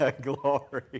glory